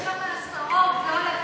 לא, יש כמה עשרות, לא אלפים.